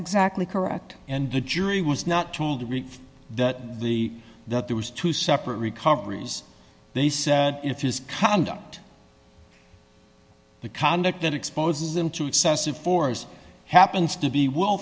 exactly correct and the jury was not told to read that the that there was two dollars separate recoveries they said if it's conduct the conduct that exposes him to excessive force happens to be will